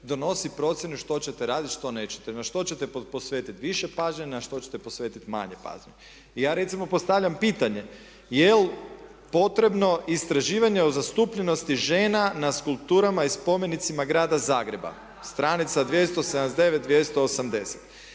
donosi procjenu što ćete raditi, što nećete, na što ćete posvetiti više pažnje, na što ćete posvetiti manje pažnje. Ja recimo postavljam pitanje, jel potrebno istraživanje o zastupljenosti žena na kulturama i spomenicama grada Zagreba, stranica 279, 280,